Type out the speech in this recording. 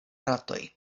ratoj